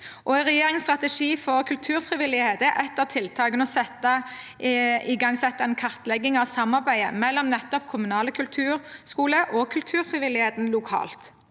regjeringens strategi for kulturfrivillighet er et av tiltakene å igangsette en kartlegging av samarbeidet mellom nettopp den kommunale kulturskolen og kulturfrivilligheten lokalt.